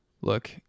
Look